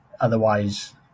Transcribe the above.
otherwise